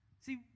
See